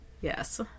yes